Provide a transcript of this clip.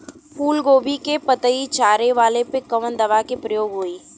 फूलगोभी के पतई चारे वाला पे कवन दवा के प्रयोग होई?